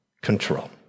control